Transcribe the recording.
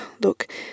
look